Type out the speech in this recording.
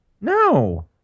No